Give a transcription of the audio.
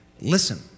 Listen